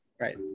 Right